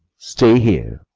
stay here.